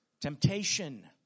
temptation